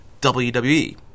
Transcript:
WWE